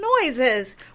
noises